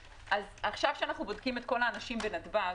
עכשיו כשאנחנו בודקים את כל האנשים בנתב"ג,